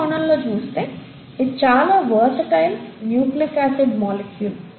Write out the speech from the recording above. ఆ కోణంలో చూస్తే ఇది చాలా వెర్సటైల్ న్యుక్లిక్ ఆసిడ్ మాలిక్యూల్